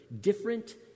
different